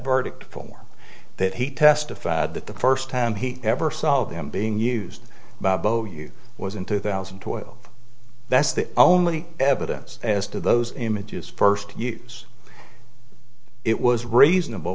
verdict for that he testified that the first time he ever saw them being used by both of you was in two thousand and twelve that's the only evidence as to those images first use it was reasonable